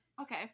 Okay